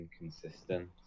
inconsistent